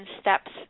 steps